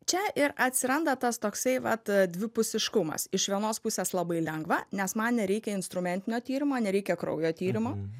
čia ir atsiranda tas toksai vat dvipusiškumas iš vienos pusės labai lengva nes man nereikia instrumentinio tyrimo nereikia kraujo tyrimo